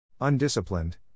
Undisciplined